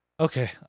Okay